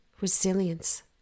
resilience